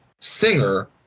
singer